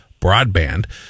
broadband